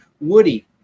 Woody